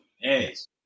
Yes